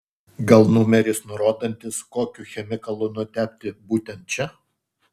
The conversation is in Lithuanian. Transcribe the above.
gal numeris nurodantis kokiu chemikalu nutepti būtent čia